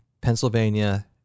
Pennsylvania